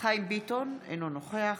חיים ביטון, אינו נוכח